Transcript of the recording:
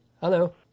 Hello